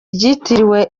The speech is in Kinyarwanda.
ryitiriwe